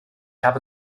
habe